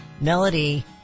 Melody